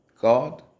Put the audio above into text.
God